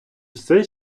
все